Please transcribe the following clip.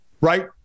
right